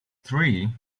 three